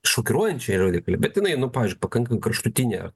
šokiruojančiai radikali bet jinai nu pavyzdžiui pakankamai kraštutinė